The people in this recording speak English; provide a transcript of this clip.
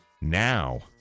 now